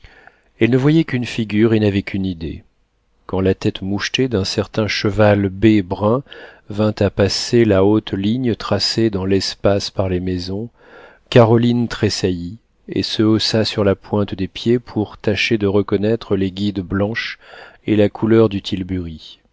elle ne voyait qu'une figure et n'avait qu'une idée quand la tête mouchetée d'un certain cheval bai brun vint à dépasser la haute ligne tracée dans l'espace par les maisons caroline tressaillit et se haussa sur la pointe des pieds pour tâcher de reconnaître les guides blanches et la couleur du tilbury